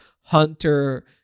Hunter